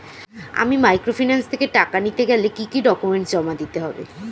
আমি মাইক্রোফিন্যান্স থেকে টাকা নিতে গেলে কি কি ডকুমেন্টস জমা দিতে হবে?